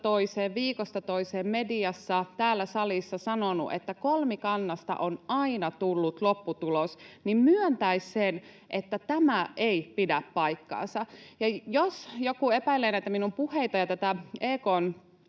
toiseen mediassa ja täällä salissa sanonut, että kolmikannasta on aina tullut lopputulos, myöntäisivät sen, että tämä ei pidä paikkaansa. Jos joku epäilee näitä minun puheitani ja tätä EK:n